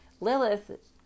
Lilith